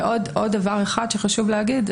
ועוד דבר אחד שחשוב להגיד,